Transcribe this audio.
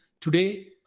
Today